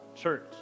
church